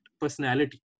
personality